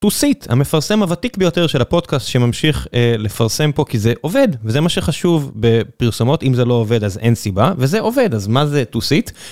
תוסית המפרסם הוותיק ביותר של הפודקאסט שממשיך לפרסם פה כי זה עובד וזה מה שחשוב בפרסומות אם זה לא עובד אז אין סיבה וזה עובד אז מה זה תוסית.